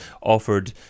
offered